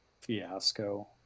fiasco